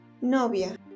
Novia